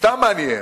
סתם מעניין,